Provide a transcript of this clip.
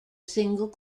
single